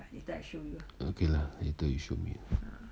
okay lah later you show me